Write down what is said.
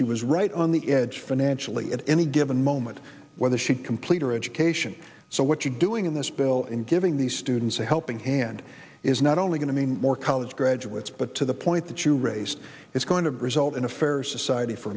she was right on the edge financially at any given moment whether she complete her education so what you're doing in this bill in giving these students a helping hand is not only going to mean more college graduates but to the point that you raised is going to result in a fairer society for